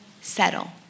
settle